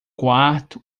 quarto